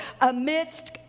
amidst